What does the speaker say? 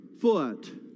foot